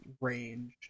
range